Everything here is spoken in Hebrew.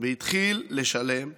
והתחיל לשלם פרוטקשן.